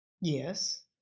Yes